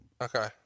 okay